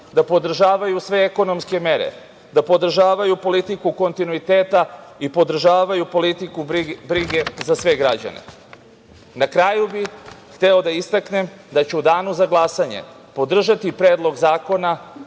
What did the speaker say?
da podržavaju sve ekonomske mere, da podržavaju politiku kontinuiteta i podržavaju politiku brige za sve građane. Na kraju bih hteo da istaknem da ću u Danu za glasanje podržati Predlog zakona